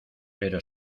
pero